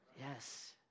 Yes